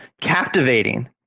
Captivating